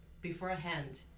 beforehand